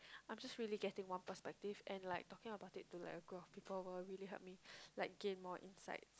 I am just really getting one perspective and like talking about it to like a group of people will really help me like gain more insight